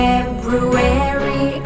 February